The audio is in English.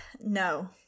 No